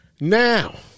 Now